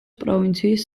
პროვინციის